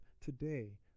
today